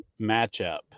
matchup